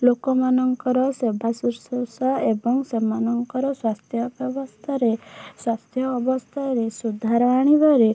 ଲୋକମାନଙ୍କର ସେବାଶୁଶ୍ରୁଷା ଏବଂ ସେମାନଙ୍କର ସ୍ଵାସ୍ଥ୍ୟ ବ୍ୟବସ୍ଥାରେ ସ୍ଵାସ୍ଥ୍ୟ ଅବସ୍ଥାରେ ସୁଧାର ଆଣିବାରେ